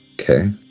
Okay